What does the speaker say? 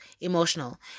emotional